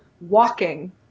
walking